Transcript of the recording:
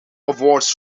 awards